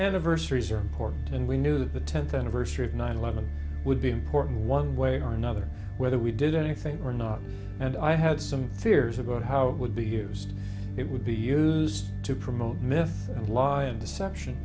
anniversaries are important and we knew that the tenth anniversary of nine eleven would be important one way or another whether we did anything or not and i had some fears about how it would be used it would be used to promote myth law and deception